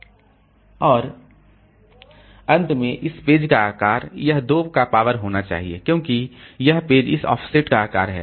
और अंत में इस पेज का आकार यह 2 का पावर होना चाहिए क्योंकि यह पेज इस ऑफसेट का आकार है